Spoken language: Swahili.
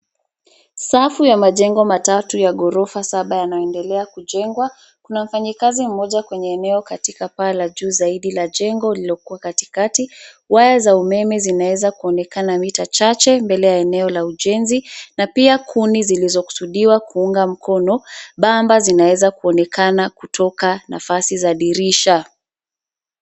Safu ya majengo matatu ya ghorofa saba yanaendlea kujengwa. Kuna mfanyikazi mmoja kwenye eneo katika paa la juu zaidi la jengo lililokuwa katikati. Waya za umeme zimeweza kuonekana mita chache mbele ya eneo la ujenzi na pia kuni zilizokusudiwa kuunga mkono bamba zinaweza kuonekana kutoka nafasi za dirisha.